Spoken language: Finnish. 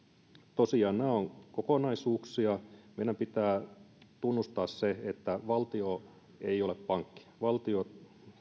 tosiaan nämä ovat kokonaisuuksia meidän pitää tunnustaa se että valtio ei ole pankki valtion